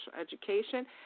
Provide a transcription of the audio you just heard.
education